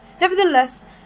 Nevertheless